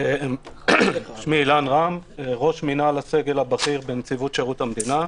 אדוני היושב-ראש,